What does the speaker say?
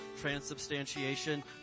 transubstantiation